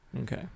okay